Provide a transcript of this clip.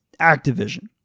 Activision